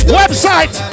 website